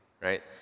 right